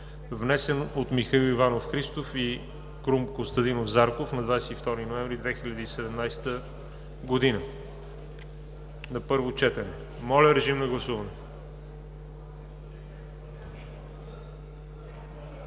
внесен от Михаил Иванов Христов и Крум Костадинов Зарков на 22 ноември 2017 г. на първо четене. Гласували